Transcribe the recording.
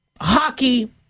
hockey